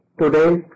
today